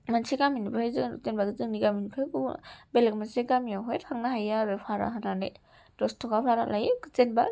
मोनसे गामिनिफ्राय जों जेनेबा जोंनि गामिनिफ्राय बेलेक मोनसे गामियावहाय थांनो हायो आरो भारा होनानै दस तका भारा लायो जेनेबा